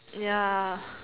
ya